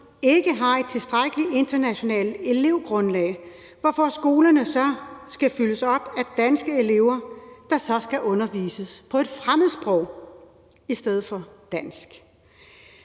ikke har et tilstrækkeligt internationalt elevgrundlag, hvorfor skolerne så skal fyldes op af danske elever, der så skal undervises på et fremmedsprog i stedet for på dansk.